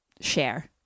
share